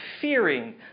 fearing